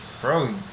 Bro